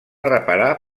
reparar